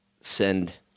send